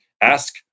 ask